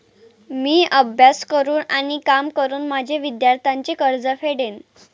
मी अभ्यास करून आणि काम करून माझे विद्यार्थ्यांचे कर्ज फेडेन